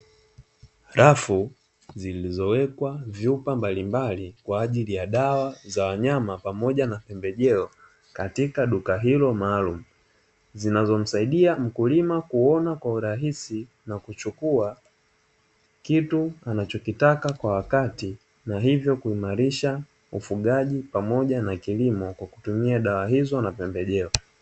Rafu zilizowekwa vyupa mbalimbali kwa ajili ya dawa za wanyama pamoja na pembejeo katika duka hilo maalum zinazomsaidia mkulima kuona kwa urahisi na kuchukua kitu anachokitaka kwa wakati na hivyo kuimarisha ufugaji pamoja na kilimo kwa kutumia dawa hizo na pembejeo.